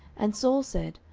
and saul said,